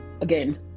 Again